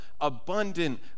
abundant